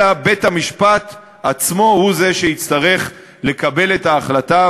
אלא בית-המשפט עצמו הוא זה שיצטרך לקבל את ההחלטה,